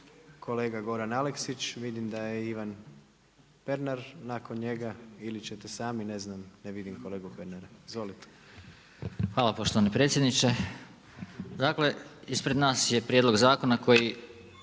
kolega Goran Aleksić. Vidim da je Ivan Pernar nakon njega. Ili ćete sami, ne znam. Ne vidim kolegu Pernara. **Aleksić, Goran (SNAGA)** Hvala poštovani predsjedniče. Dakle, ispred nas je prijedlog zakona koji